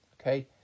okay